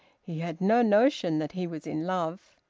he had no notion that he was in love.